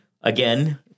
Again